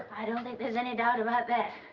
i don't think there's any doubt about that.